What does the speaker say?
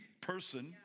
person